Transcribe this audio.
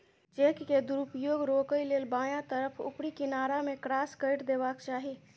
cheque के दुरुपयोग रोकै लेल बायां तरफ ऊपरी किनारा मे क्रास कैर देबाक चाही